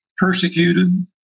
persecuted